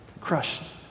Crushed